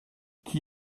qui